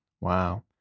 Wow